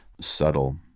subtle